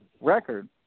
record